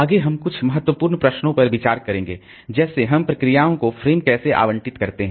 आगे हम कुछ महत्वपूर्ण प्रश्नों पर विचार करेंगे जैसे हम प्रोसेसओं को फ्रेम कैसे आवंटित करते हैं